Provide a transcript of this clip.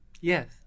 Yes